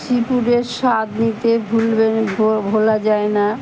সিপুরের স্বাদ নিতে ভুলবে ভোলা যায় না